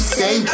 say